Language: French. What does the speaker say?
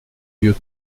vieux